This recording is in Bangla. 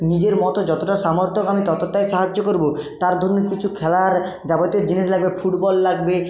নিজের মতো যতটা সামর্থ্য আমি ততটাই সাহায্য করব তার ধরুন কিছু খেলার যাবতীয় জিনিস লাগবে ফুটবল লাগবে